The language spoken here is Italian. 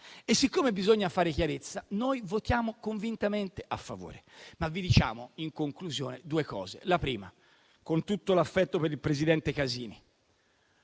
e siccome bisogna fare chiarezza, noi votiamo convintamente a favore, ma vi diciamo in conclusione due cose. La prima, con tutto l'affetto per il presidente Casini: